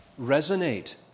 resonate